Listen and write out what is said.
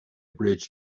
bridge